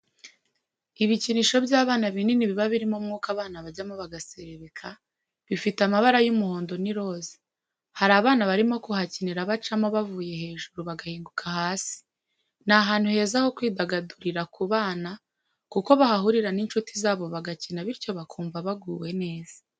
Ibikinisho by'abana binini biba birimo umwuka abana bajyamo bagaserebeka, bifite amabara y'umuhondo n'iroza hari abana barimo bahakinira bacamo bavuye hejuru bagahinguka hasi ni ahantu heza ho kwidagadurira ku bana kuko bahahurira n'inshuti zabo bagakina bityo bakumva baguwe neza.